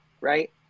right